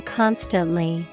constantly